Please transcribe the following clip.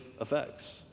effects